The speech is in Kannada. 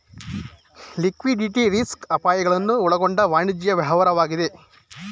ಲಿಕ್ವಿಡಿಟಿ ರಿಸ್ಕ್ ಅಪಾಯಗಳನ್ನು ಒಳಗೊಂಡ ವಾಣಿಜ್ಯ ವ್ಯವಹಾರವಾಗಿದೆ